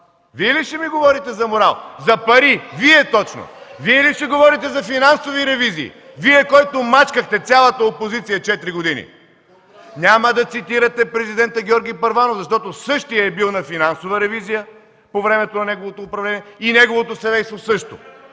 Вие ли ще ми говорите за морал, за пари?! Вие точно?! Вие ли ще говорите за финансови ревизии?! Вие, който мачкахте цялата опозиция четири години?! Няма да цитирате президента Георги Първанов, защото същият е бил на финансова ревизия по време на неговото управление, неговото семейство – също.